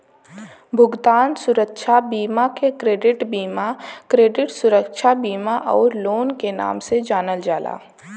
भुगतान सुरक्षा बीमा के क्रेडिट बीमा, क्रेडिट सुरक्षा बीमा आउर लोन के नाम से जानल जाला